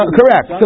correct